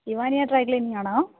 Evaniya dry cleaning ആണോ